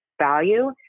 value